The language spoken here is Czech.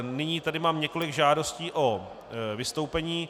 Nyní tady mám několik žádostí o vystoupení.